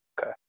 Okay